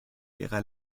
ihrer